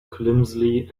clumsily